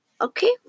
Okay